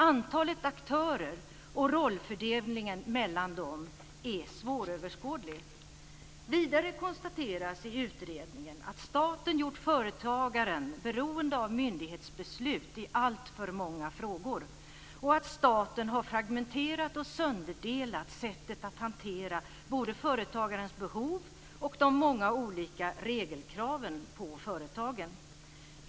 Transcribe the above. Antalet aktörer och rollfördelningen mellan dem är svåröverskådlig. Vidare konstateras i utredningen att staten gjort företagaren beroende av myndighetsbeslut i alltför många frågor och att staten har fragmenterat och sönderdelat sättet att hantera både företagarens behov och de många olika regelkraven på företagen.